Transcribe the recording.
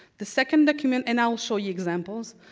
the second document, and i'll show you examples,